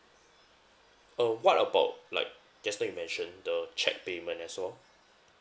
uh what about like just now you mention the cheque payment and so